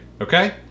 okay